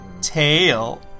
tail